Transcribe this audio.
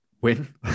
win